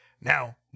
Now